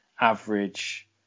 average